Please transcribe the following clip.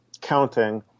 counting